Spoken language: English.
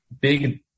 big